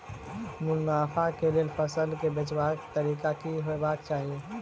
मुनाफा केँ लेल फसल केँ बेचबाक तरीका की हेबाक चाहि?